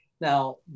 Now